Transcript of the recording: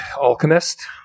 Alchemist